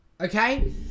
Okay